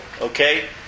Okay